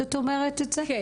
כן.